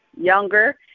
younger